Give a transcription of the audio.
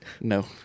No